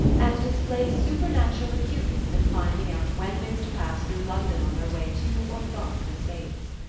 and displayed a supernatural acuteness in finding out when they were to pass through london on their way to or from the states.